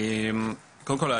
קודם כל,